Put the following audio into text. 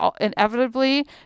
inevitably